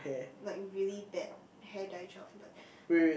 like really bad hair dye job but